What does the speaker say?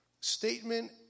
statement